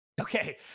okay